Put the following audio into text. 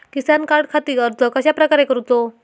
किसान कार्डखाती अर्ज कश्याप्रकारे करूचो?